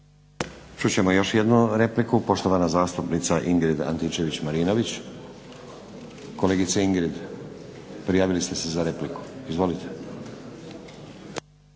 Čut ćemo još jednu repliku poštovana zastupnica Ingrid Antičević-Marinović. Kolegice Ingrid, prijavili ste se za repliku. Izvolite.